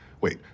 Wait